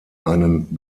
einen